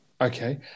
Okay